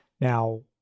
Now